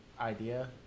idea